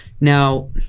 now